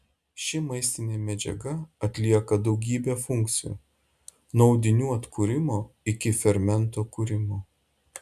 ši maistinė medžiaga atlieka daugybę funkcijų nuo audinių atkūrimo iki fermentų kūrimo